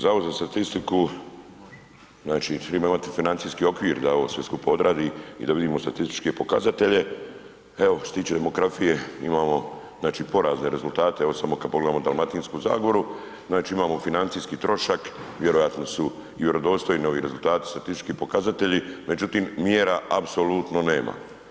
Zavod za statistiku znači triba imati financijski okvir da ovo sve skupa odradi i da vidimo statističke pokazatelje, evo što se demografije imamo znači porazne rezultate, evo samo kad pogledamo Dalmatinsku zagoru, znači imamo financijski trošak, vjerojatno su i vjerodostojni ovi rezultati statistički, pokazatelji, međutim mjera apsolutno nema.